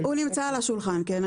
הוא נמצא על השולחן, כן.